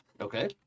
Okay